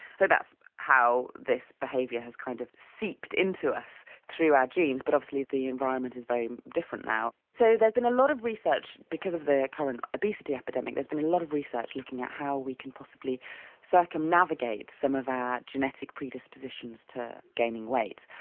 so that's how this behaviour has kind of seeped into us through our genes, but obviously the environment is very different now. so there has been a lot of research, because of the current obesity epidemic, there's been a lot of research looking at how we can possibly circumnavigate some of our genetic predisposition to gaining weight.